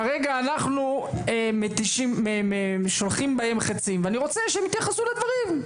כרגע אנחנו שולחים בהם חצים ואני רוצה שהם יתייחסו לדברים,